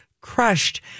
crushed